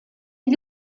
gli